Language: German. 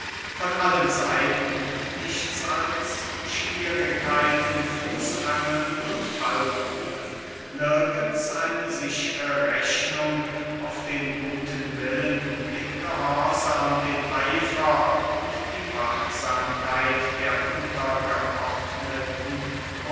von allen seiten nichts als schwierigkeiten fußangeln und fallgruben nirgends eine sichre rechnung auf den guten willen den gehorsam den eifer und die wachsamkeit der untergeordneten